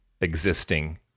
existing